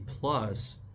plus